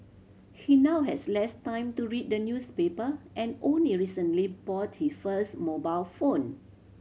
he now has less time to read the newspaper and only recently bought he first mobile phone